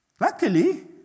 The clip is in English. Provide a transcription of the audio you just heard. Luckily